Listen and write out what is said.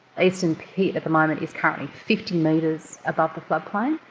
eastern pit at the moment is currently fifty metres above the floodplain,